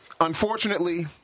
unfortunately